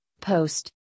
Post